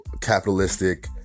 capitalistic